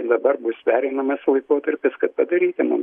dabar bus pereinamasis laikotarpis kad padarytumėm